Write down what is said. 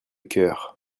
cœur